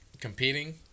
competing